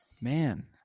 Man